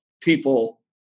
people